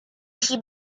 jeśli